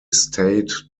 estate